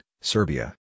Serbia